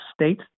state